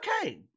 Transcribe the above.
okay